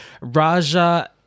raja